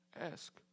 ask